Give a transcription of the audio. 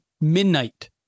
midnight